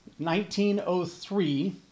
1903